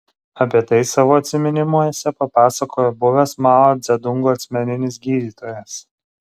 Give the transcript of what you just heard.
apie tai savo atsiminimuose papasakojo buvęs mao dzedungo asmeninis gydytojas